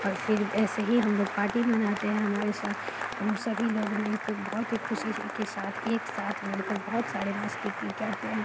और फिर ऐसे ही हम लोग पार्टी मनाते हैं हमारे सा हम सभी लोग मिलके बहुत ही खुशी के साथ एक साथ मिलकर बहुत सारे मस्ती की करते हैं